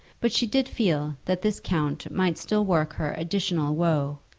but she did feel that this count might still work her additional woe,